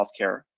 healthcare